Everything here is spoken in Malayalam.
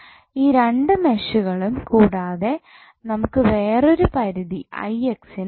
ഈ 2 മെഷുകളും കൂടാതെ നമുക്ക് വേറൊരു പരിധി ന് ഉണ്ട്